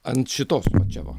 ant šitos medžiagos